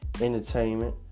entertainment